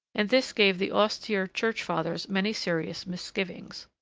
and this gave the austere church fathers many serious misgivings.